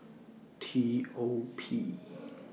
T O P